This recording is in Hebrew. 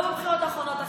לא בבחירות האחרונות,